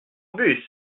bus